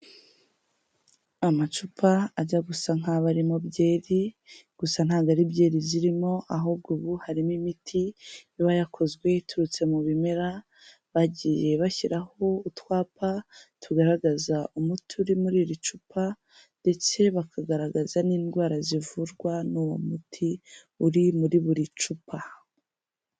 Amacupa ajya gusa nk'aba arimo byeri gusa ntabwo ari byeri zirimo ahubwo ubu harimo imiti iba yakozwe iturutse mu bimera, bagiye bashyiraho utwapa tugaragaza umuti uri muri iri cupa ndetse bakagaragaza n'indwara zivurwa n'uwo muti uri muri buri cupa.